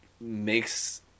makes